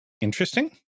interesting